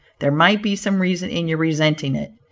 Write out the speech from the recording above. there might be some reason in your resenting it,